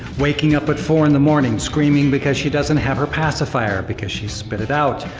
waking up at four in the morning, screaming because she doesn't have her pacifier, because she spit it out.